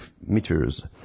meters